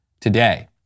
today